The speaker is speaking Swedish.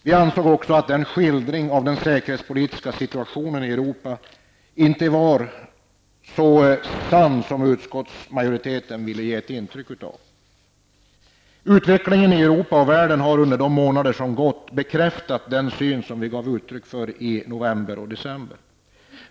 Vi menade dessutom att skildringen av den säkerhetspolitiska situationen i Europa inte var så sann som utskottsmajoriteten ville ge intryck av. Utvecklingen i Europa och världen har under de månader som gått bekräftat vår syn på saken, vilken vi gav utryck för i november och december.